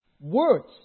Words